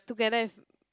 together with